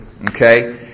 Okay